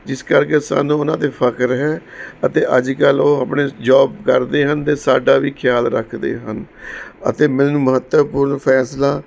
ਜਿਸ ਕਰਕੇ ਸਾਨੂੰ ਉਹਨਾਂ 'ਤੇ ਫ਼ਖ਼ਰ ਹੈ ਅਤੇ ਅੱਜ ਕੱਲ੍ਹ ਉਹ ਆਪਣੇ ਜੋਬ ਕਰਦੇ ਹਨ ਅਤੇ ਸਾਡਾ ਵੀ ਖਿਆਲ ਰੱਖਦੇ ਹਨ ਅਤੇ ਮੈਨੂੰ ਮਹੱਤਵਪੂਰਨ ਫ਼ੈਸਲਾ